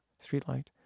streetlight